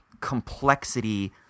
complexity